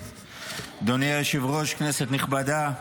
אדוני היושב-ראש, כנסת נכבדה,